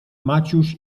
maciuś